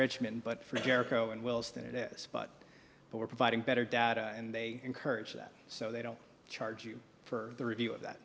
richmond but for jericho and wills than it is but we're providing better data and they encourage that so they don't charge you for the review of that